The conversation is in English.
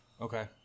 Okay